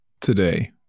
Today